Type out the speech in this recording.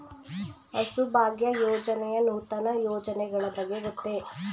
ಹಸುಭಾಗ್ಯ ಯೋಜನೆಯ ನೂತನ ಯೋಜನೆಗಳ ಬಗ್ಗೆ ಗೊತ್ತೇ?